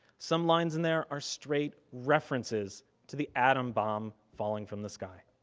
some lines in there are straight references to the adam bomb falling from the sky.